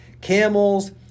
camels